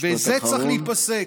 וזה צריך להיפסק.